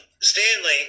Stanley